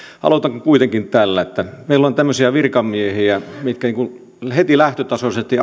aloitan kuitenkin tällä meillä on virkamiehiä mitkä heti lähtötasoisesti